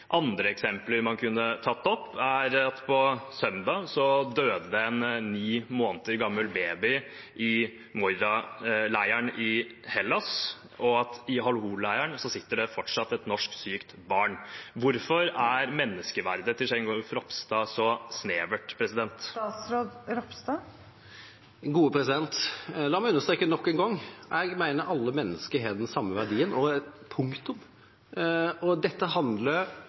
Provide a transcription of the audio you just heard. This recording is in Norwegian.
Andre eksempler man kunne tatt opp, er at på søndag døde en ni måneder gammel baby i Moria-leiren i Hellas, og at i Al-Hol-leiren sitter det fortsatt et norsk sykt barn. Hvorfor er menneskeverdet til Kjell Ingolf Ropstad så snevert? La meg understreke nok en gang: Jeg mener alle mennesker har den samme verdien – punktum. Dette handler